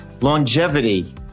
Longevity